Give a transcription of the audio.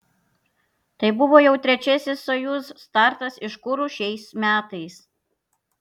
tai buvo jau trečiasis sojuz startas iš kuru šiais metais